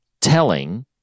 telling